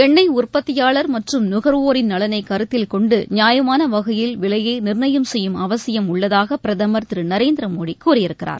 எண்ணெய் உற்பத்தியாளர் மற்றும் நுகர்வோரின் நலனை கருத்தில் கொண்டு நியாயமான வகையில் விலையை நிர்ணயம் செய்யும் அவசியம் உள்ளதாக பிரதமர் திரு நரேந்திரமோடி கூறியிருக்கிறார்